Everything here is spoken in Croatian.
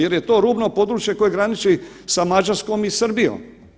Jer je to rubno područje koje graniči sa Mađarskom i Srbijom.